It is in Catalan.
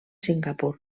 singapur